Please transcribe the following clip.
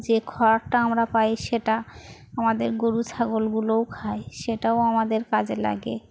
যে খবরটা আমরা পাই সেটা আমাদের গরু ছাগলগুলোও খাই সেটাও আমাদের কাজে লাগে